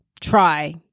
try